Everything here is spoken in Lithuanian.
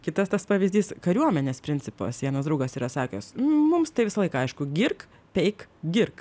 kitas tas pavyzdys kariuomenės principas vienas draugas yra sakęs mums tai visąlaik aišku girk peik girk